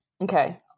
okay